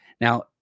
Now